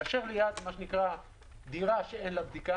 כאשר יש דירה שאין לה בדיקה,